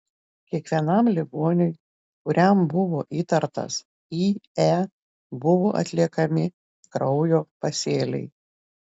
kiekvienam ligoniui kuriam buvo įtartas ie buvo atliekami kraujo pasėliai